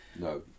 No